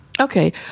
Okay